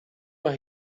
mae